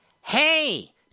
Hey